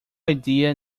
idea